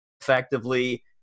effectively